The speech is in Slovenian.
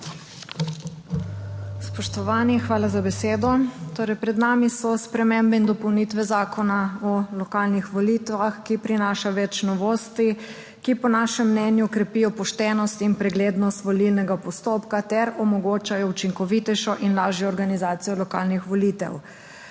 Spoštovani, hvala za besedo. Pred nami so spremembe in dopolnitve Zakona o lokalnih volitvah, ki prinašajo več novosti, ki po našem mnenju krepijo poštenost in preglednost volilnega postopka ter omogočajo učinkovitejšo in lažjo organizacijo lokalnih volitev.